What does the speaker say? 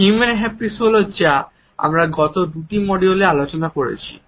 human haptics হল যা আমরা গত দুটি মডিউলে আলোচনা করেছি